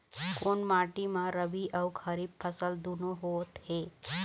कोन माटी म रबी अऊ खरीफ फसल दूनों होत हे?